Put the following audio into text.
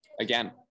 again